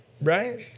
right